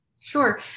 Sure